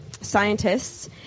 scientists